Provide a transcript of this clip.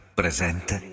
presente